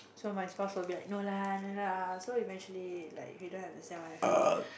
so my spouse will be like no lah no lah so eventually like you don't understand what I feeling